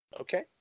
Okay